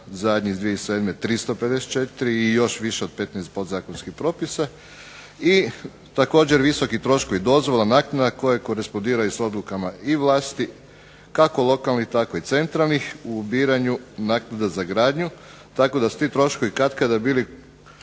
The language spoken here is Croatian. zadnji iz 2007. 354 i još više od 15 podzakonskih propisa, i također visoki troškovi dozvola, naknada koje korespondiraju s odlukama i vlasti, kako lokalnih tako i centralnih, u ubiranju naknada za gradnju, tako da su ti troškovi katkada bili